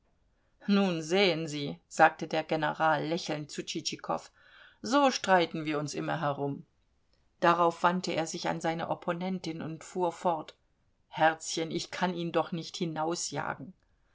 nun sehen sie sagte der general lächelnd zu tschitschikow so streiten wir uns immer herum darauf wandte er sich an seine opponentin und fuhr fort herzchen ich kann ihn doch nicht